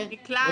נקלענו.